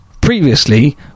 previously